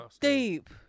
deep